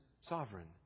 sovereign